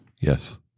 Yes